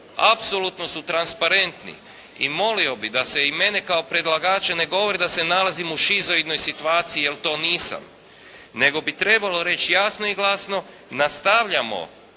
apsolutno su transparentni. I molio bih da se i mene kao predlagača ne govori da se nalazim u šizoidnoj situaciji jer to nisam. Nego bi trebalo reći jasno i glasno nastavljamo,